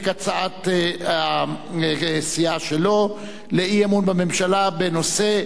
את הצעת הסיעה שלו לאי-אמון בממשלה בנושא: